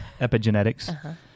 epigenetics